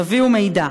תביאו מידע.